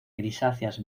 grisáceas